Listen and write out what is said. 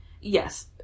Yes